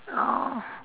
oh